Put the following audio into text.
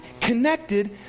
connected